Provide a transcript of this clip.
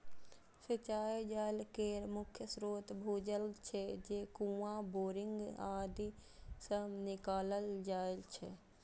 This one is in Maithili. सिंचाइ जल केर मुख्य स्रोत भूजल छियै, जे कुआं, बोरिंग आदि सं निकालल जाइ छै